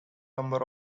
number